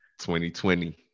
2020